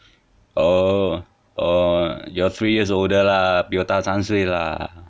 err err you are three years older 啦比我大三岁啦